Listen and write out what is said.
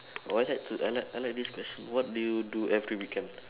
oh I like to I like I like this question what do you do every weekend